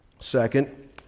Second